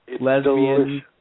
Lesbian